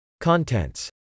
Contents